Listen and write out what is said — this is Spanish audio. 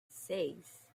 seis